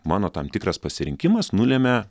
mano tam tikras pasirinkimas nulemia